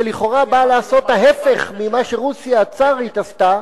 שלכאורה באה לעשות ההיפך ממה שרוסיה הצארית עשתה,